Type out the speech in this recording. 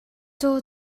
caw